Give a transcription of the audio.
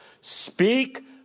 Speak